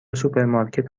سوپرمارکت